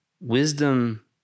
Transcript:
wisdom